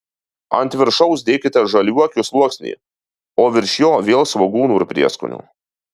ant viršaus dėkite žaliuokių sluoksnį o virš jo vėl svogūnų ir prieskonių